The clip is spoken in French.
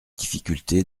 difficulté